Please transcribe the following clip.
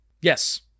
Yes